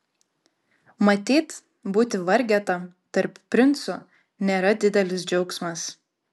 matyt būti vargeta tarp princų nėra didelis džiaugsmas